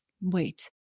wait